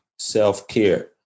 Self-care